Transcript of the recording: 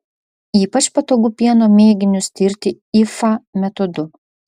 ypač patogu pieno mėginius tirti ifa metodu